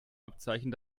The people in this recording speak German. abzeichen